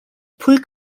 pre